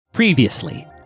Previously